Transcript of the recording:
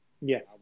Yes